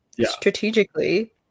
strategically